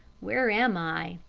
where am i?